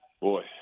Boy